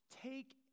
Take